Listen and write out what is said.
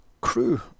crew